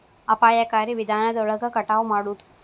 ಅಪಾಯಕಾರಿ ವಿಧಾನದೊಳಗ ಕಟಾವ ಮಾಡುದ